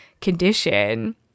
condition